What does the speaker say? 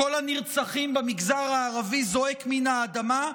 קול הנרצחים במגזר הערבי זועק מן האדמה,